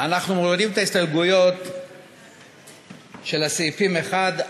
אנחנו מורידים את ההסתייגויות לסעיפים 1 4,